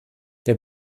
der